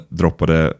droppade